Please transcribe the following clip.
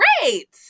great